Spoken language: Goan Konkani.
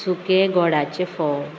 सुके गोडाचे फोव